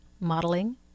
modeling